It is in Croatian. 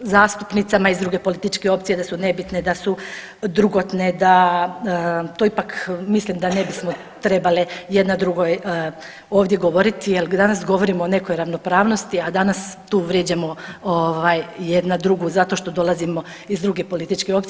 zastupnicama iz druge političke opcije da su nebitne, da su drugotne, da, to ipak mislim da ne bismo trebale jedna drugoj ovdje govoriti jer danas govorimo o nekoj ravnopravnosti, a danas tu vrijeđamo ovaj jedna drugu zato što dolazimo iz druge političke opcije.